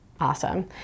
Awesome